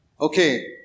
Okay